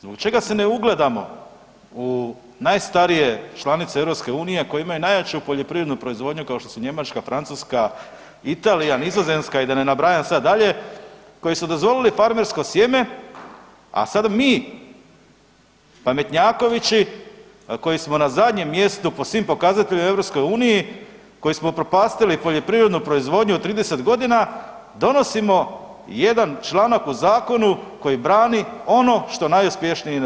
Zbog čega se ne ugledamo u najstarije članice EU koje imaju najjaču poljoprivrednu proizvodnju kao što su Njemačka, Francuska, Italija, Nizozemska i da ne nabrajam sve dalje koji su dozvolili farmersko sjeme, a sad mi pametnjakovići koji smo na zadnjem mjestu po svim pokazateljima u EU, koji smo upropastili poljoprivrednu proizvodnju 30 godina, donosimo jedan članak u zakonu koji brani ono što najuspješniji ne brane?